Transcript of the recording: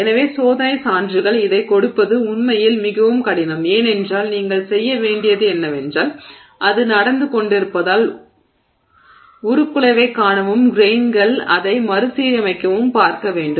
எனவே சோதனைச் சான்றுகள் இதைக் கொடுப்பது உண்மையில் மிகவும் கடினம் ஏனென்றால் நீங்கள் செய்ய வேண்டியது என்னவென்றால் அது நடந்து கொண்டிருப்பதால் உருக்குலைவைக் காணவும் கிரெய்ன்கள் அதை மறுசீரமைக்கவும் பார்க்க வேண்டும்